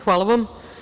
Hvala vam.